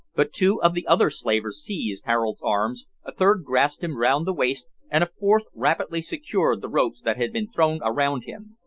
but two of the other slavers seized harold's arms, a third grasped him round the waist, and a fourth rapidly secured the ropes that had been thrown around him.